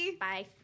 Bye